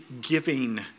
giving